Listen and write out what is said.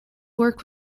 work